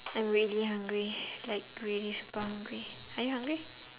I'm really hungry like really super hungry are you hungry